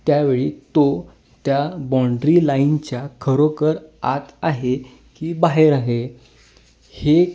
त्यावेळी तो त्या बॉन्ड्री लाईनच्या खरोखर आत आहे की बाहेर आहे हे